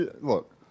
Look